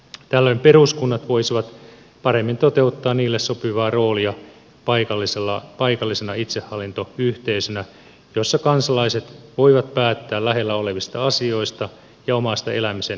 tällöin peruskunnat voisivat paremmin toteuttaa niille sopivaa roolia paikallisena itsehallintoyhteisönä jossa kansalaiset voivat päättää lähellä olevista asioista ja omasta elämisen ympäristöstään